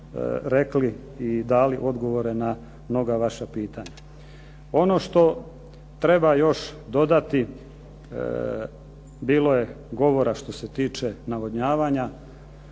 i dali odgovore na mnoga vaša pitanja. Ono što treba još dodati bilo je govora što se tiče navodnjavanja.